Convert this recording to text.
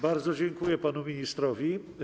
Bardzo dziękuję panu ministrowi.